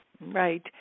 Right